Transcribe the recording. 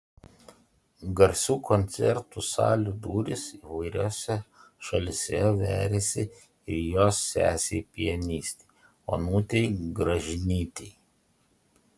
garsių koncertų salių durys įvairiose šalyse veriasi ir jos sesei pianistei onutei gražinytei